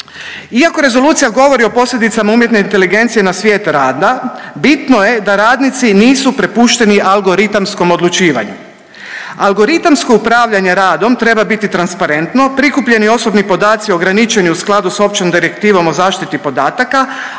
Iako rezolucija govori o posljedicama umjetne inteligencije na svijet rada, bitno je da radnici nisu prepušteni algoritamskom odlučivanju. Algoritamsko upravljanje radom treba biti transparentno, prikupljeni osobni podaci ograničeni u skladu s Općom direktivom o zaštiti podataka,